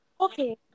Okay